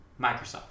Microsoft